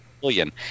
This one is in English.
billion